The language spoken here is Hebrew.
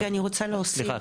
רגע אני רוצה להוסיף,